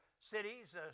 cities